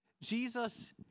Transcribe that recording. Jesus